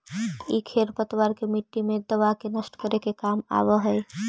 इ खेर पतवार के मट्टी मे दबा के नष्ट करे के काम आवऽ हई